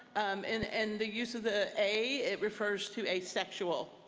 um in and the use of the a, it refers to asexual.